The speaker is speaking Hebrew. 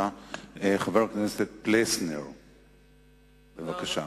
חבר הכנסת פלסנר, בבקשה.